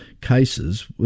cases